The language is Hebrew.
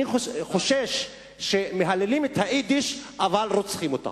אני חושש שמהללים את היידיש אבל רוצחים אותה.